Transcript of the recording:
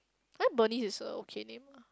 eh Bernice is a okay name ah